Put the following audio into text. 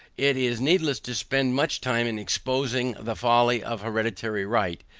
it is needless to spend much time in exposing the folly of hereditary right,